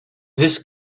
this